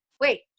Wait